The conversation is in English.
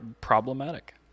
problematic